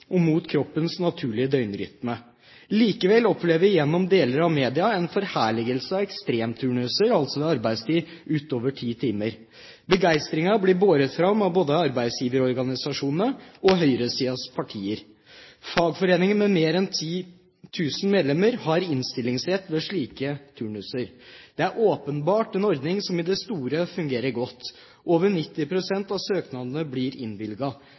og mot kroppens naturlige døgnrytme. Likevel opplever vi gjennom deler av media en forherligelse av ekstremturnuser, altså ved arbeidstid utover 10 timer. Begeistringen blir båret fram av både arbeidsgiverorganisasjonene og høyresidens partier. Fagforeninger med mer enn 10 000 medlemmer har innstillingsrett ved slike turnuser. Det er åpenbart en ordning som i det store fungerer godt. Over 90 pst. av søknadene blir